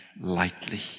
lightly